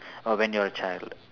uh when you are a child